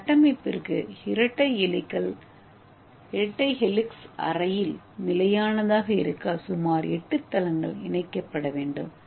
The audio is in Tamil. இந்த கட்டமைப்பிற்கு இரட்டை ஹெலிக்ஸ் அறையில் நிலையானதாக இருக்க சுமார் எட்டு தளங்கள் இணைக்கப்பட வேண்டும்